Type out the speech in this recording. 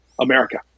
America